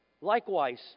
Likewise